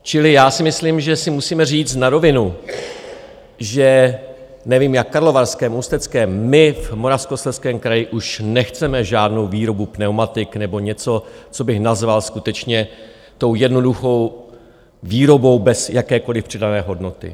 Čili já si myslím, že si musíme říct na rovinu, že nevím, jak v Karlovarském, Ústeckém, my v Moravskoslezském kraji už nechceme žádnou výrobu pneumatik nebo něco, co bych nazval skutečně tou jednoduchou výrobou bez jakékoliv přidané hodnoty.